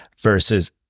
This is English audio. versus